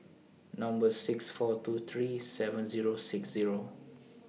Number six four two three seven Zero six Zero